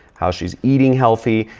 how she's eating healthy.